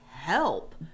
help